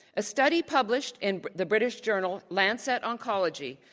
a study published in the british journal lancet oncology,